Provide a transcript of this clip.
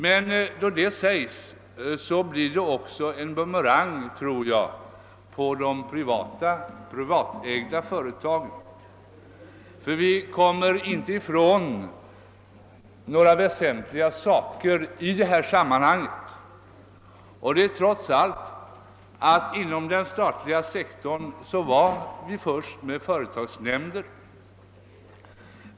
Men då detta sägs tror jag att det verkar som en bumerang på de privatägda företagen. En del väsentliga saker i detta sammanhang kommer vi nämligen inte ifrån. Vi var sålunda inom den statliga sektorn trots allt först med företagsnämnder.